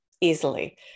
easily